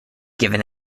given